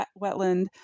wetland